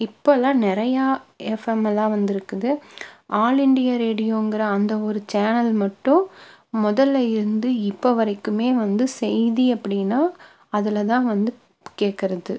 இப்பெல்லாம் நிறைய எஃப்எம் எல்லாம் வந்திருக்குங்க ஆல் இந்தியா ரேடியோங்குற அந்த ஒரு சேனல் மட்டும் முதல்ல இருந்து இப்போ வரைக்குமே வந்து செய்தி அப்படின்னா அதில் தான் வந்து கேட்கறது